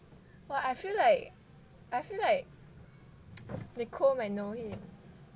!wah! I feel like I feel like nicole might know him